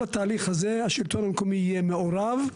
התהליך הזה השלטון המקומי יהיה מעורב,